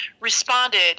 responded